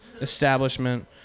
establishment